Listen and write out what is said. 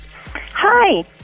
Hi